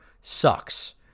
sucks